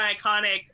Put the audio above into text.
iconic